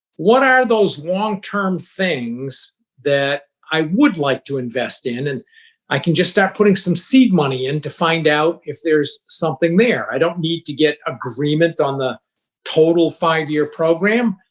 what are those long-term things that i would like to invest in and i can just start putting some seed money in to find out if there's something there? i don't need to get agreement on the total five-year program.